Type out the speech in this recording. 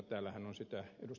täällähän sitä ed